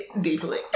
deeply